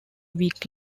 week